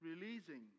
releasing